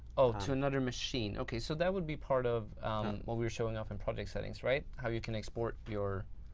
oh, to another machine. okay. so that would be part of what we were showing off in project settings. right. how you can export your